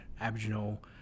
Aboriginal